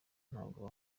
ntabwo